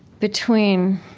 between